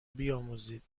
بیاموزید